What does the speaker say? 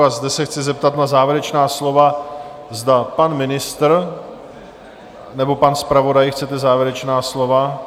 A zde se chci zeptat na závěrečná slova, zda pan ministr nebo pan zpravodaj chcete závěrečná slova?